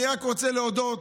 אני רק רוצה להודות,